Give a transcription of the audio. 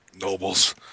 nobles